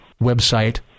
website